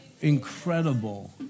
incredible